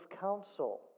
counsel